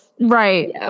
Right